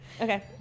Okay